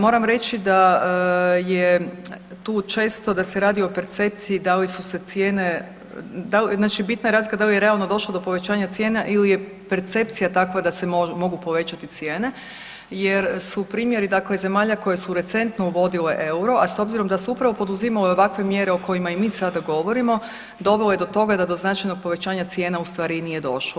Moram reći da je tu često da se radi o percepciji da li su se cijene, znači bitna je razlika da li je realno došlo do povećanja cijena ili je percepcija takva da se mogu povećati cijene jer su primjeri zemalja koje su recentno uvodile euro, a s obzirom da su upravo poduzimale ovakve mjere o kojima mi sada govorimo, dovele do toga do značajnog povećanja cijena ustvari nije došlo.